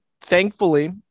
thankfully